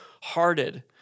hearted